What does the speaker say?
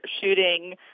shooting